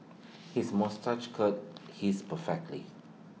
his moustache curl his perfectly